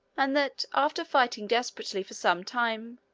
and that, after fighting desperately for some time,